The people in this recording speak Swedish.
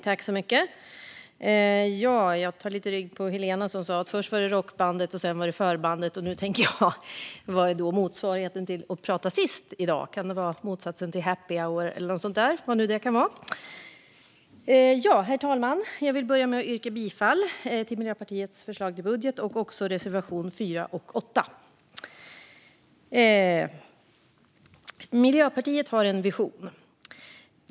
Herr talman! Jag tar lite rygg på Helena, som sa att först kom rockbandet och sedan förbandet. Då undrar jag vad motsvarigheten är till den som talar sist i dag. Kan det vara happy hour eller något sådant? Herr talman! Jag vill börja med att yrka bifall till Miljöpartiets förslag till budget och också till reservationerna 4 och 8. Miljöpartiet har en vision.